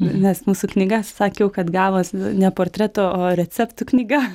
nes mūsų knyga sakiau kad gavos ne portretų o receptų knyga